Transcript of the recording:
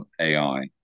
ai